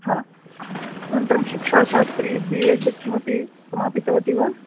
हा अनन्तरं शिक्षाशास्त्री बि एड् किमपि समापितवती वा